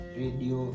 radio